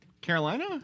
Carolina